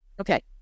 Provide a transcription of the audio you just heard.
Okay